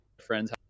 friends